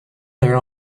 their